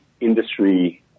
industry